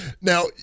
Now